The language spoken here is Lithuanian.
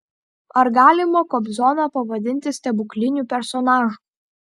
ar galima kobzoną pavadinti stebukliniu personažu